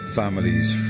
families